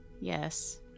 Yes